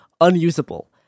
unusable